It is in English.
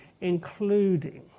including